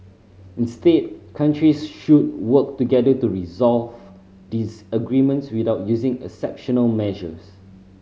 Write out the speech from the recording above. instead countries should work together to resolve disagreements without using exceptional measures